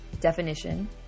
definition